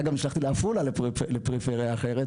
אגב, נשלחתי לעפולה, לפריפריה אחרת.